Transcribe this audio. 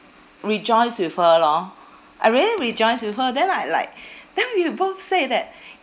rejoice with her lor I really rejoice with her then I like then we both say that